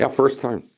ah first time.